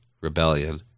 Rebellion